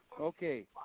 Okay